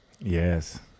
Yes